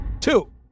Two